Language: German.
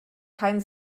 kein